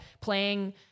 playing